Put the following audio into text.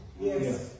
Yes